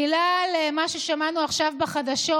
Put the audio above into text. מילה על מה ששמענו עכשיו בחדשות.